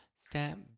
Step